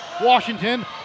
Washington